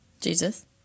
Jesus